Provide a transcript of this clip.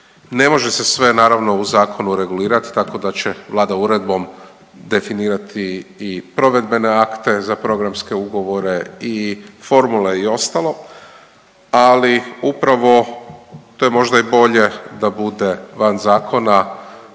ne može se sve naravno u zakonu regulirat tako da će vlada uredbom definirati i provedbene akte za programske ugovore i formule i ostalo, ali upravo to je možda i bolje da bude van zakona